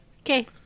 Okay